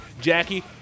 Jackie